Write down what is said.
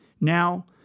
now